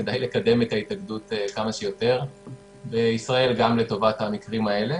כדאי לקדם את ההתאגדות כמה שיותר בישראל גם לטובת המקרים האלה.